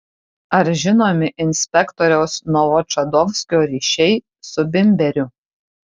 ar žinomi inspektoriaus novočadovskio ryšiai su bimberiu